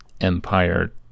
empire